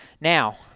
Now